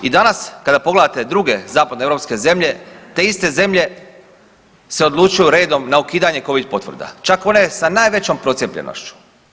I danas kada pogledate druge zapadnoeuropske zemlje, te iste zemlje se odlučuju redom na ukidanje covid potvrda, čak one sa najvećom procijepljenošću.